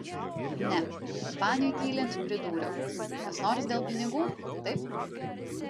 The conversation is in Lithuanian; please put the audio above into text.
ne baniui tylint pridūriau kas nors dėl pinigų taip